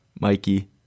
Mikey